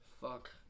Fuck